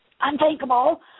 unthinkable